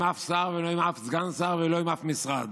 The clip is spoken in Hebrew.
אף שר ולא עם אף סגן שר ולא עם אף משרד.